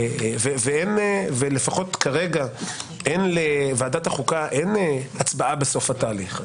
לפחות כרגע אין לוועדת החוקה הצבעה בסוף התהליך.